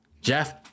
Jeff